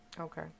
Okay